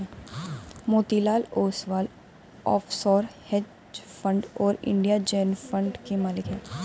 Motilal Oswal offshore hedge fund और India zen fund के मालिक हैं